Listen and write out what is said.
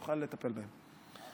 תוכל לטפל בהם.